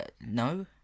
no